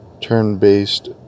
Turn-based